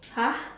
!huh!